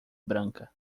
branca